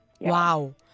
Wow